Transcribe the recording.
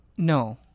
No